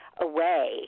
away